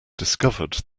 discovered